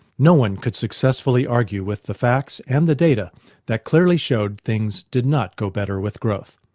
no one could successfully argue with the facts and the data that clearly showed things did not go better with growth,